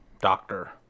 Doctor